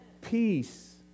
Peace